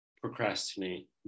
procrastinate